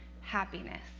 happiness